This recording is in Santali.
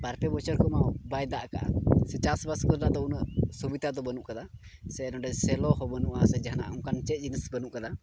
ᱵᱟᱨ ᱯᱮ ᱵᱚᱪᱷᱚᱨ ᱠᱷᱚᱱᱢᱟ ᱵᱟᱭ ᱫᱟᱜ ᱠᱟᱜᱼᱟ ᱥᱮ ᱪᱟᱥᱵᱟᱥ ᱠᱚᱨᱮᱱᱟᱜ ᱫᱚ ᱩᱱᱟᱹᱜ ᱥᱩᱵᱤᱛᱟ ᱫᱚ ᱵᱟᱹᱱᱩᱜ ᱠᱟᱫᱟ ᱥᱮ ᱱᱚᱰᱮ ᱥᱮᱞᱳ ᱦᱚᱸ ᱵᱟᱹᱱᱩᱜᱼᱟ ᱥᱮ ᱡᱟᱦᱟᱱ ᱚᱱᱠᱟᱱ ᱪᱮᱫ ᱡᱤᱱᱤᱥ ᱵᱟᱹᱱᱩᱜ ᱠᱟᱫᱟ